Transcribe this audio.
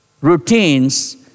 routines